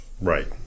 Right